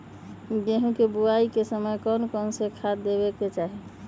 गेंहू के बोआई के समय कौन कौन से खाद देवे के चाही?